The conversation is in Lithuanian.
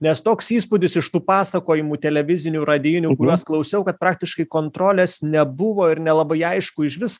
nes toks įspūdis iš tų pasakojimų televizinių radijinių kuriuos klausiau kad praktiškai kontrolės nebuvo ir nelabai aišku išvis